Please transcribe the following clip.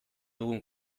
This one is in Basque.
dugun